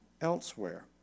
elsewhere